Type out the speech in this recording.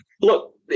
look